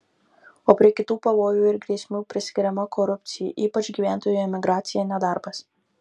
o prie kitų pavojų ir grėsmių priskiriama korupcija ypač gyventojų emigracija nedarbas